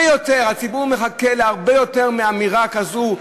הציבור מחכה להרבה יותר מאמירה כזו.